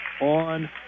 on